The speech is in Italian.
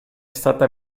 stata